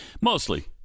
Mostly